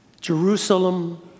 Jerusalem